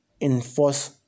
enforce